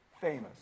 famous